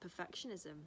perfectionism